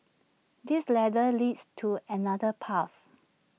this ladder leads to another path